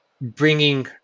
bringing